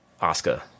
Oscar